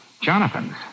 Jonathan's